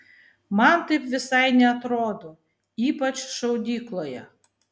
man taip visai neatrodo ypač šaudykloje